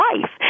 life